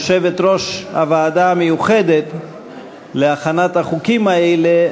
יושבת-ראש הוועדה המיוחדת להכנת החוקים האלה,